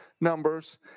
numbers